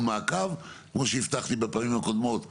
מעקב כמו שהבטחתי בפעמים הקודמות ועשינו,